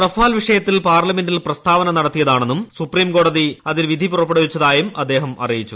Rafale വിഷയത്തിൽ പാർലമെന്റിൽ പ്രസ്താവന നടത്തിയതാണെന്നും സുപ്രീംകോടതി അതിൽ വിധി പുറപ്പെടുവിച്ചതായും അദ്ദേഹം അറിയിച്ചു